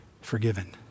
forgiven